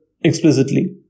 explicitly